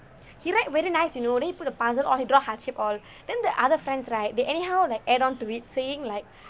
he write very nice you know he put the puzzle all he draw heart shape all then the other friends right they anyhow like add on to it saying like